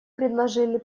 предложили